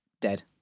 dead